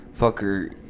fucker